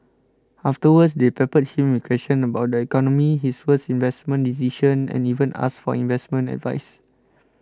afterwards they peppered him with questions about the economy his worst investment decision and even asked for investment advice